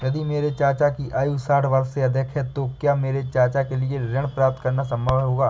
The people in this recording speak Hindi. यदि मेरे चाचा की आयु साठ वर्ष से अधिक है तो क्या मेरे चाचा के लिए ऋण प्राप्त करना संभव होगा?